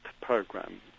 program